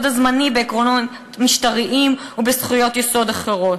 הזמני בעקרונות משטריים ובזכויות יסוד אחרות".